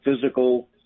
physical